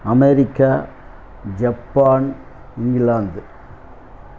America Japan England